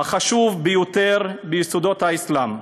החשוב ביותר ביסודות האסלאם.